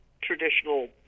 traditional